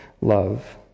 love